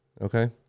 Okay